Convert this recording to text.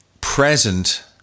present